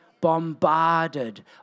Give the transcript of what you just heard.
bombarded